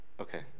okay